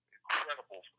incredible